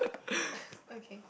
okay